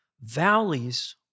valleys